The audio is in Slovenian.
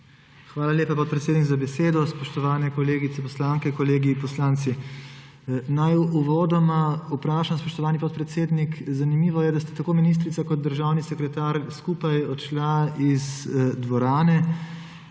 Hvala lepa, podpredsednik, za besedo. Spoštovane kolegice poslanke, kolegi poslanci! Naj uvodoma vprašam, spoštovani podpredsednik, zanimivo je, da sta tako ministrica kot državni sekretar skupaj odšla iz dvorane.